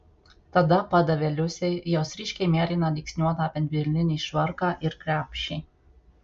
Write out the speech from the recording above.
tada padavė liusei jos ryškiai mėlyną dygsniuotą medvilninį švarką ir krepšį